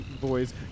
boys